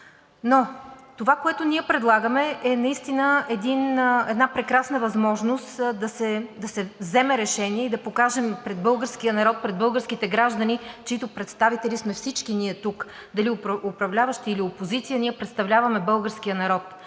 Това, което ние предлагаме, е наистина една прекрасна възможност да се вземе решение и да покажем пред българския народ, пред българските граждани, чиито представители сме всички ние тук – дали управляващи, или опозиция, представляваме българския народ.